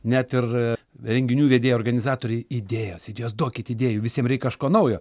net ir renginių vedėjai organizatoriai idėjos idėjos duokit idėjų visiem reik kažko naujo